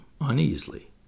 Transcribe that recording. uneasily